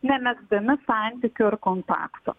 nemezgami santykių ir kontakto